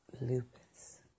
lupus